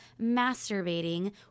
masturbating